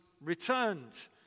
returned